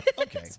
Okay